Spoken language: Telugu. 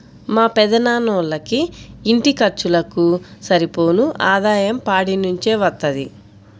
మా పెదనాన్నోళ్ళకి ఇంటి ఖర్చులకు సరిపోను ఆదాయం పాడి నుంచే వత్తది